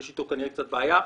יש איתו כנראה קצת בעיה.